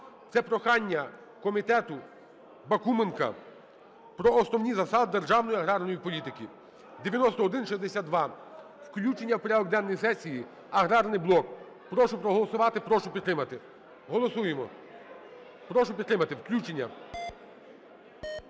Це прохання комітету Бакуменка. Про основні засади державної аграрної політики (9162) – включення в порядок денний сесії, аграрний блок. Прошу проголосувати. Прошу підтримати. Голосуємо. Прошу підтримати включення.